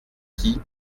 qui